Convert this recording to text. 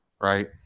Right